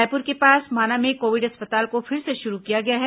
रायपुर के पास माना में कोविड अस्पताल को फिर से शुरू किया गया है